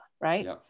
Right